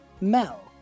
Mel